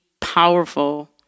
powerful